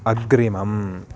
अग्रिमम्